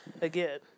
again